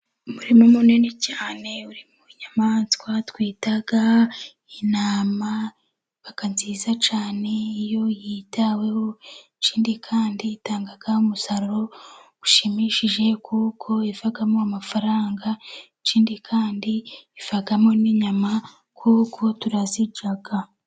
Umurima munini cyane urimo inyamaswa twita intama, iba nziza cyane iyo yitaweho ikindi kandi itanga umusaruro ushimishije kuko ivamo amafaranga ikindi kandi ivamo n'inyama kuko turazirya.